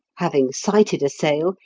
having sighted a sail,